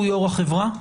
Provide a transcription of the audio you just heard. הוא יו"ר החברה?